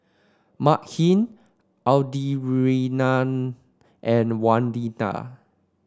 Makhi Audrianna and Wanita